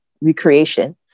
recreation